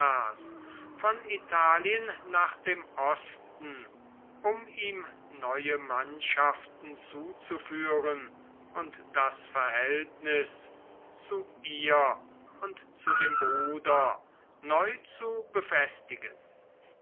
von italien nach dem osten um ihm neue mannschaften zuzuführen und das verhältnis zu ihr und zu dem bruder neu zu befestigen